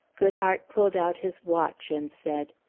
goodhart pulled out his watch and said,